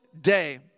day